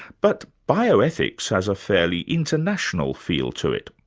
but bioethics has a fairly international feel to it.